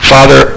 Father